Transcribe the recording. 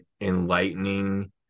enlightening